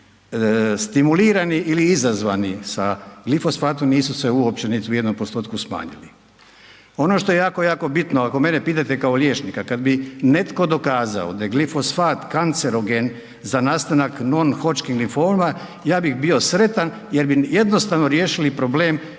stimulirani ili izazvani sa glifosatom, nisu se uopće niti u jednom postotku smanjili. Ono što je jako, jako bitno ako mene pitate kao liječnika, kad bi netko dokazao da je glifosat kancerogen za nastanak non hodgkin limfoma ja bih bio sretan jer bi jednostavno riješili problem